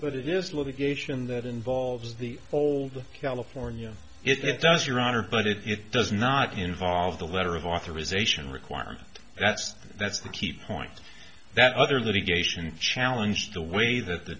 it is litigation that involves the old california it does your honor but it does not involve the letter of authorization requirement that's that's the key point that other litigation challenge the way that the